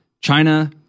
China